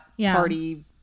party